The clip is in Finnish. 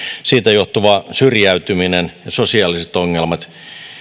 siitä johtuva syrjäytyminen ja sosiaaliset ongelmat